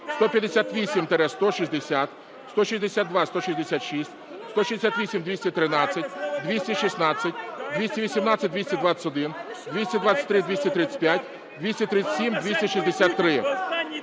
158-160, 162-166, 168-213, 216, 218-221, 223-235, 237-263.